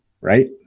right